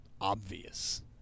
obvious